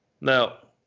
Now